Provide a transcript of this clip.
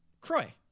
Croy